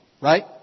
Right